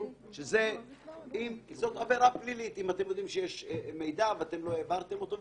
זאת עבירה פלילית אם אתם יודעים שיש מידע ואתם לא העברתם אותו.